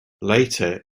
later